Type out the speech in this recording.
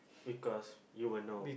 because you will know